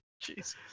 Jesus